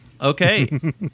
Okay